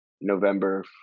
November